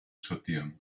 sortieren